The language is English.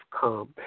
come